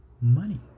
money